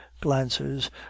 glances